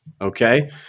okay